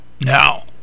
now